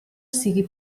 sigui